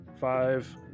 five